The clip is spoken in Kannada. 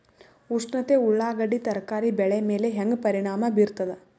ಉಷ್ಣತೆ ಉಳ್ಳಾಗಡ್ಡಿ ತರಕಾರಿ ಬೆಳೆ ಮೇಲೆ ಹೇಂಗ ಪರಿಣಾಮ ಬೀರತದ?